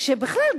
בכלל,